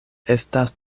estas